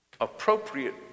appropriate